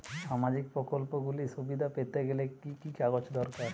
সামাজীক প্রকল্পগুলি সুবিধা পেতে গেলে কি কি কাগজ দরকার?